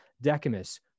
Decimus